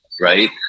right